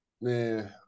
man